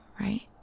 right